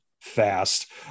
fast